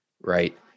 Right